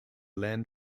land